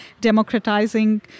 democratizing